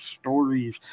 stories